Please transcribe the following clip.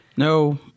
No